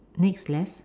next left